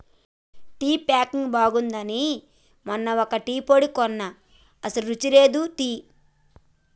tea packing బాగుంది అని మొన్న ఒక టీ పొడి కొన్న అస్సలు రుచి లేదు టీ